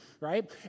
right